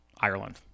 Ireland